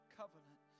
covenant